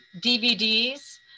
DVDs